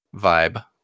vibe